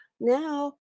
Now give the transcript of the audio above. now